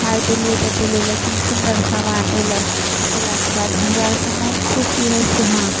पाइ देलिए तऽ देलिए लेकिन सुन्दर समान अएलै अएलाके बाद हमरो आरके मोन खुशी हइ से हँ